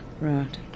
Right